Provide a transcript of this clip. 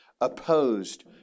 opposed